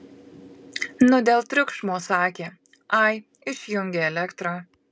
nu dėl triukšmo sakė ai išjungė elektrą